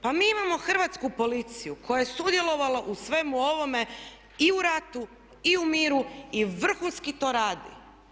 Pa mi imamo hrvatsku policiju koja je sudjelovala u svemu ovome i u ratu i u miru i vrhunski to radi.